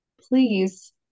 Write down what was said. please